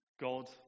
God